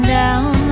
down